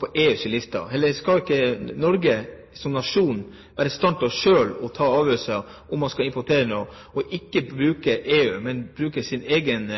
på EUs liste? Skal ikke Norge som nasjon være i stand til selv å ta avgjørelser om man skal importere noe, ikke bruke EU, men bruke sin egen